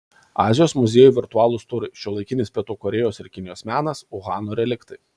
azijos muziejų virtualūs turai šiuolaikinis pietų korėjos ir kinijos menas uhano reliktai